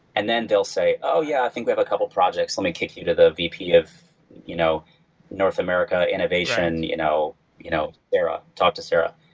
and then they'll say, oh, yeah! i think we have a couple of projects. let me kick you to the vp of you know north america innovation. you know you know talk to sarah.